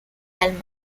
alma